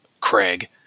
Craig